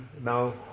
Now